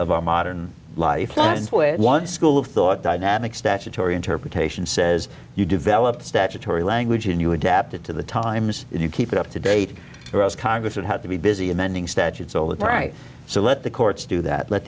of our modern life one school of thought dynamic statutory interpretation says you develop statutory language and you adapt it to the times you keep it up to date or as congress would have to be busy amending statutes all the right so let the courts do that let